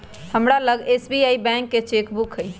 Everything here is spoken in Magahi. हमरा लग एस.बी.आई बैंक के चेक बुक हइ